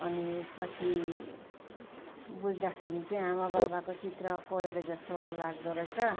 अनि पछि बुझ्दाखेरि चाहिँ आमा बाबाको चित्र कोरेको जस्तो लाग्दो रहेछ